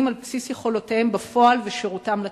על בסיס יכולותיהם בפועל ושירותם לציבור.